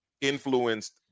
influenced